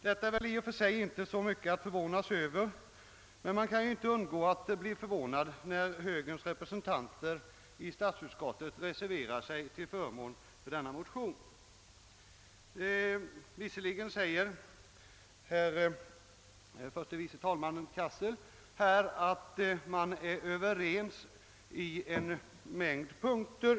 Detta är väl i och för sig inte ägnat att förvåna, men däremot finner jag det förvånande att högerrepresentanterna i statsutskottet reserverat sig till förmån för motionsparet. Visserligen säger herr förste vice talmannen Cassel att utskottsledamöterna varit överens på en mängd punkter.